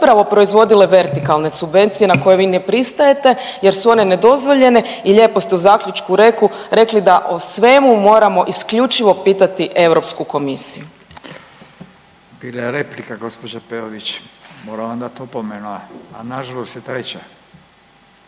upravo proizvodile vertikalne subvencije na koje vi ne pristajete jer su one nedovoljne i lijepo ste u zaključku rekli da o svemu moramo isključivo pitati Europsku komisiju. **Radin, Furio (Nezavisni)** Replika gospođa Peović moram vam dat opomenu, a nažalost je treća